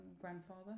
grandfather